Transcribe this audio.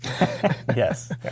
Yes